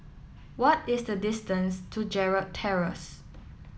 what is the distance to Gerald Terrace